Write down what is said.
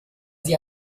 sie